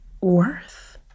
worth